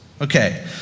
Okay